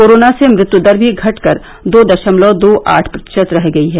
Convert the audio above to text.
corona से मृत्यू दर भी घटकर दो दशमलव दो आठ प्रतिशत रह गई है